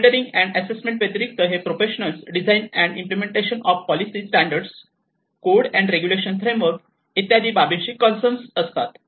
monitoring and assessment व्यतिरिक्त हे professionals design and implementation of policy standard code and regulation framework इत्यादी बाबी शी कॉन्सर्न असतात